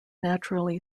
naturally